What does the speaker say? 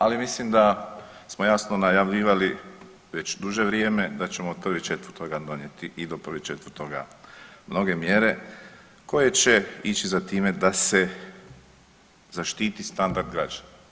Ali mislim da smo jasno najavljivali već duže vrijeme da ćemo od 1.4. donijeti i do 1.4. mnoge mjere koje će ići za time da se zaštiti standard građana.